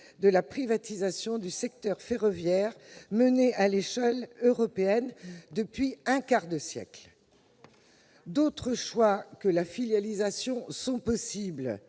de la privatisation du secteur ferroviaire menée à l'échelle européenne depuis un quart de siècle. D'autres choix que la filialisation sont possibles.